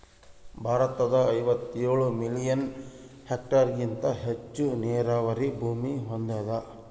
ಭಾರತ ಐವತ್ತೇಳು ಮಿಲಿಯನ್ ಹೆಕ್ಟೇರ್ಹೆಗಿಂತ ಹೆಚ್ಚು ನೀರಾವರಿ ಭೂಮಿ ಹೊಂದ್ಯಾದ